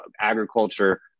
agriculture